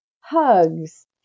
hugs